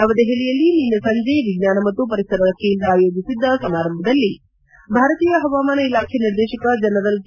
ನವದೆಹಲಿಯಲ್ಲಿ ನಿನ್ನೆ ಸಂಜೆ ವಿಜ್ಞಾನ ಮತ್ತು ಪರಿಸರ ಕೇಂದ್ರ ಆಯೋಜಿಸಿದ್ದ ಸಮಾರಂಭದಲ್ಲಿ ಭಾರತೀಯ ಪವಾಮಾನ ಇಲಾಖೆ ನಿರ್ದೇಶಕ ಜನರಲ್ ಕೆ